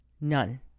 None